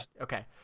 okay